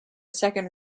second